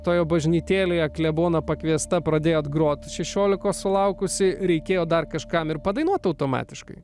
toje bažnytėlėje kleboną pakviesta pradėjote groti šešiolikos sulaukusi reikėjo dar kažkam ir padainuoti automatiškai